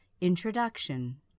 Introduction